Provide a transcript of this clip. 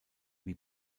wie